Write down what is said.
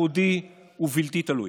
ייחודי ובלתי תלוי.